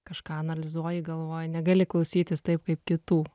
kažką analizuoji galvoji negali klausytis taip kaip kitų